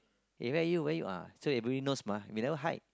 eh where are you where you ah so they really knows mah they never hide